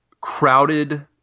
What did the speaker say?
crowded